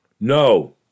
no